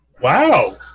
Wow